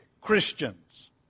Christians